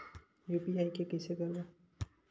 UPI के कइसे करबो?